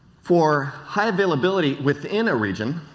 for high availability within a region,